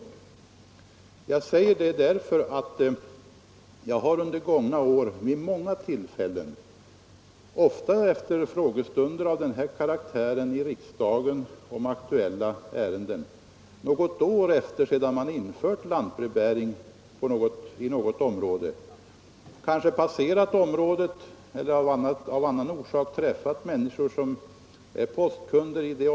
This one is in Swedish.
Något år efter det att man infört lantbrevbäring i ett visst område — som måhända har berörts vid frå gestunder av den här karaktären i riksdagen — har det hänt att jag passerat det området eller av annan orsak träffat människor som är postkunder där.